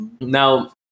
Now